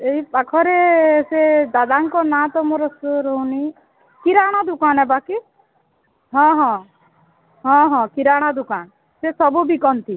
ଏଇ ପାଖରେ ସେ ଦାଦାଙ୍କ ନାଁ ତ ମୋର ରହୁନି କିରାଣା ଦୁକାନ ବାକି ହଁ ହଁ ହଁ ହଁ କିରାଣା ଦୁକାନ ସେ ସବୁ ବିକନ୍ତି